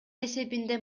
эсебинде